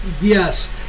Yes